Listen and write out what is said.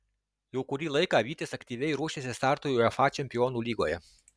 jau kurį laiką vytis aktyviai ruošiasi startui uefa čempionų lygoje